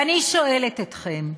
ואני שואלת אתכם,